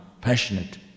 Passionate